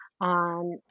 on